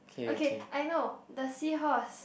okay I know the seahorse